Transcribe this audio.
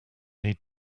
need